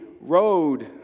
road